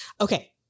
Okay